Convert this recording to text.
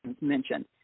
mentioned